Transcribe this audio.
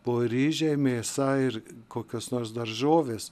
buvo ryžiai mėsa ir kokios nors daržovės